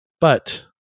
But-